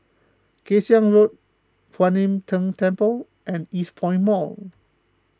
Kay Siang Road Kuan Im Tng Temple and Eastpoint Mall